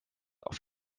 auf